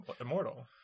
immortal